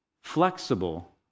flexible